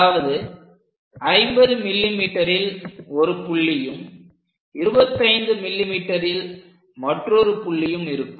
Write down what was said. அதாவது 50 mmல் ஒரு புள்ளியும் 25 mmல் மற்றொரு புள்ளியும் இருக்கும்